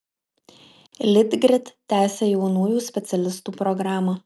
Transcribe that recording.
litgrid tęsia jaunųjų specialistų programą